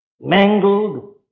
mangled